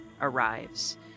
arrives